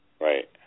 Right